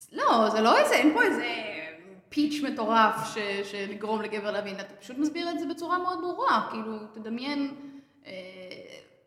לא, זה לא איזה, אין פה איזה פיץ' מטורף שיגרום לגבר להבין, אתה פשוט מסביר את זה בצורה מאוד ברורה, כאילו, תדמיין...